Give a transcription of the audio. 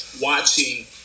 watching